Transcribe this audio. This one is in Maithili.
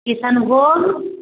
किशनभोग